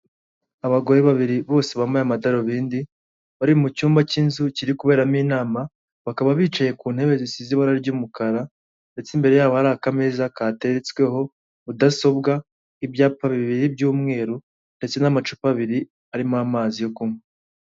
Abagore babiri bose bambaye amadarubindi, bari mu cyumba cy'inzu kiri kuberamo inama, bakaba bicaye ku ntebe zisize ibara ry'umukara, ndetse imbere yabo hari akameza kateretsweho mudasobwa, ibyapa bibiri by'umweru ndetse n'amacupa abiri arimo amazi yo kunywa.